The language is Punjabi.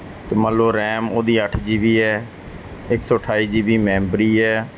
ਅਤੇ ਮੰਨ ਲਓ ਰੈਮ ਉਹਦੀ ਅੱਠ ਜੀ ਬੀ ਹੈ ਇੱਕ ਸੌ ਅਠਾਈ ਜੀ ਬੀ ਮੈਂਬਰੀ ਹੈ